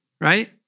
right